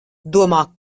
domā